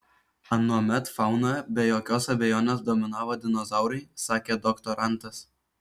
anuomet faunoje be jokios abejonės dominavo dinozaurai sakė doktorantas